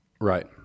Right